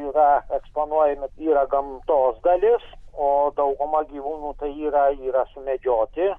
yra eksponuojami yra gamtos dalis o dauguma gyvūnų tai yra yra sumedžioti